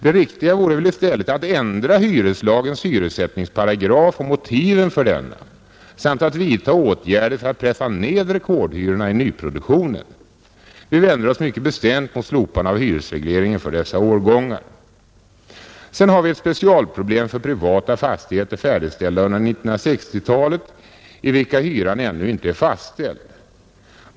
Det riktiga vore väl i stället att ändra hyreslagens hyressättningsparagraf och motiven för denna samt att vidta åtgärder för att pressa ned rekordhyrorna i nyproduktionen. Vi vänder oss mycket bestämt mot slopande av hyresregleringen för dessa årgångar. Sedan föreligger ett specialproblem för privata fastigheter färdigställda under 1960-talet, i vilka hyran ännu inte är fastställd.